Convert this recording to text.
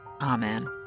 Amen